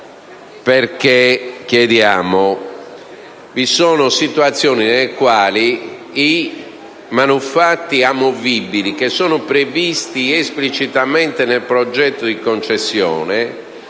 vorrei spiegare. Vi sono situazioni nelle quali i manufatti amovibili, previsti esplicitamente nel progetto di concessione,